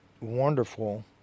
wonderful